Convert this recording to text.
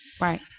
right